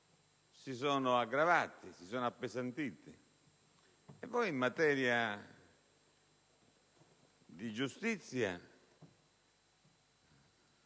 si sono aggravati, si sono appesantiti. Poi in materia di giustizia